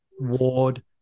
Ward